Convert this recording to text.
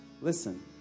listen